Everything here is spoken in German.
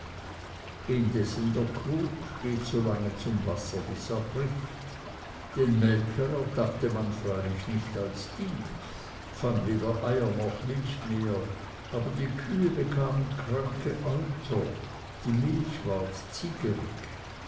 indessen der krug geht so lange zum wasser bis er bricht den melker ertappte man freilich nicht als dieb fand weder eier noch milch mehr aber die kühe bekamen kranke euter die milch ward